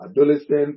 adolescent